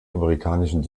amerikanischen